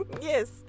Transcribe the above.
yes